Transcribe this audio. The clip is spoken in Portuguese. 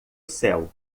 céu